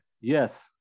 Yes